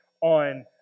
on